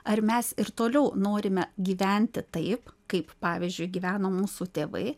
ar mes ir toliau norime gyventi taip kaip pavyzdžiui gyveno mūsų tėvai